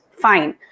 Fine